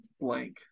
blank